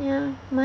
ya mine